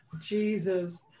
Jesus